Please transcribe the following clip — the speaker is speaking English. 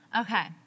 okay